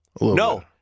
No